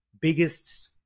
biggest